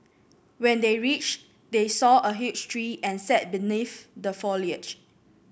when they reached they saw a huge tree and sat beneath the foliage